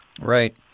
Right